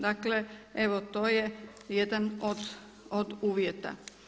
Dakle, evo to je jedan od uvjeta.